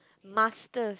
master